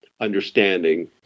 understanding